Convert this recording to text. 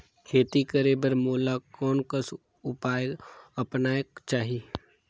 खेती करे बर मोला कोन कस उपाय अपनाये चाही?